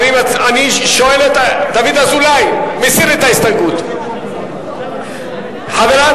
אנחנו עוברים לסעיף 06, משרד